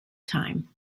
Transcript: time